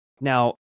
Now